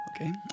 Okay